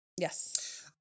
Yes